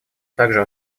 также